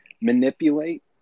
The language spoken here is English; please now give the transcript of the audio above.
manipulate